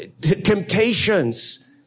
temptations